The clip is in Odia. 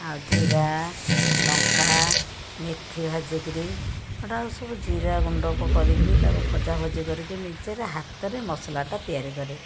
ଆଉ ଜୀରା ଲଙ୍କା ମେଥି ଭାଜି କରି ଏଗୁଡ଼ାକ ସବୁ ଜୀରାଗୁଣ୍ଡକୁ କରିକି ତାକୁ ଭଜା ଭଜି କରିକି ନିଜର ହାତରେ ମସଲାଟା ତିଆରି କରେ